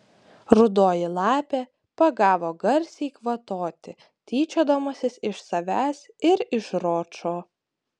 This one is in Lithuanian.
rudoji lapė pagavo garsiai kvatoti tyčiodamasis iš savęs ir iš ročo